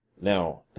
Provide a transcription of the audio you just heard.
Now